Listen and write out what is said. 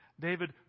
David